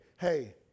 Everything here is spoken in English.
hey